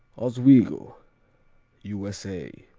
oswego u s a.